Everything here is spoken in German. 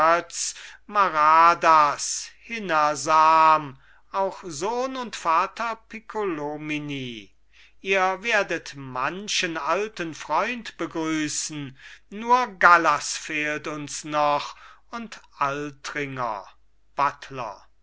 maradas hinnersam auch sohn und vater piccolomini ihr werdet manchen alten freund begrüßen nur gallas fehlt uns noch und altringer buttler